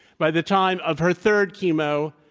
by the time of her third chemo,